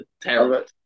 terrible